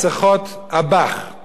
אני לא מאמין במסכות האלה.